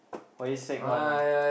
Huayi-sec one ah